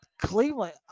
cleveland